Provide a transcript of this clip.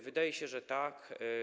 Wydaje się, że tak.